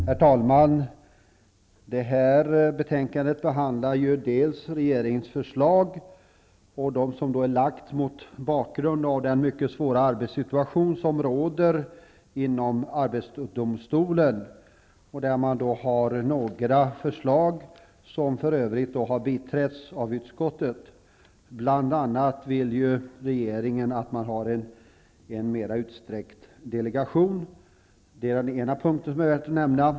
Herr talman! I det här betänkandet behandlas förslag från regeringen framlagda mot bakgrund av den mycket svåra arbetssituation som råder i arbetsdomstolen. Förslagen har biträtts av utskottet. Den ena av de punkter som det är värt att nämna är att regeringen vill ha utsträckta möjligheter till delegation.